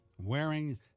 wearing